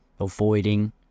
avoiding